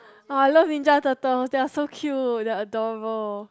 I love Ninja Turtles they are so cute and adorable